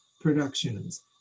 Productions